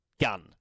gun